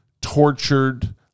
tortured